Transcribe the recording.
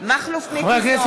חברי הכנסת,